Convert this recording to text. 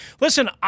Listen